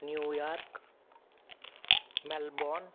New York Melbourne